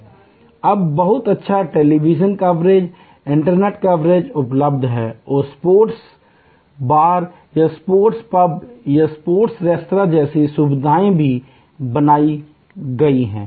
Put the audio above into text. अब बहुत अच्छा टेलीविजन कवरेज या इंटरनेट कवरेज उपलब्ध है और स्पोर्ट्स बार या स्पोर्ट्स पब या स्पोर्ट रेस्तरां जैसी सुविधाएं बनाई गई हैं